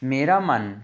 ਮੇਰਾ ਮਨ